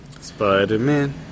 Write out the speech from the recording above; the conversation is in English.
Spider-Man